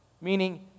meaning